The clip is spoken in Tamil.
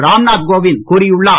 ராம்நாத் கோவிந்த் கூறியுள்ளார்